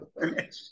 finish